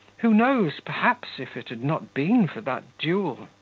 who knows, perhaps, if it had not been for that duel. ah,